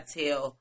tell